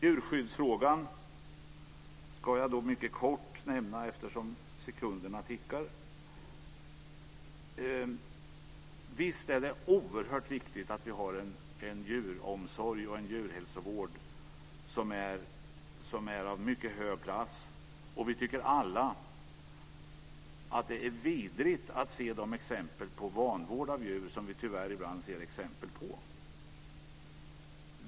Jag ska mycket kortfattat nämna djurskyddsfrågan, eftersom min talartid snart är slut. Visst är det oerhört viktigt att vi har en djuromsorg och en djurhälsovård som är av mycket hög klass. Vi tycker alla att det är vidrigt att se de exempel på vanvård av djur som vi tyvärr ibland ser exempel på.